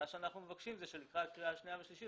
אנחנו מבקשים שלקראת קריאה שנייה ושלישית